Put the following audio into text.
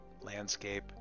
landscape